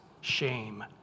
shame